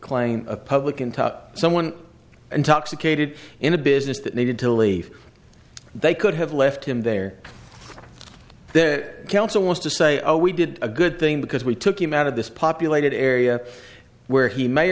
a public in top someone intoxicated in a business that needed to leave they could have left him there that counsel wants to say oh we did a good thing because we took him out of this populated area where he may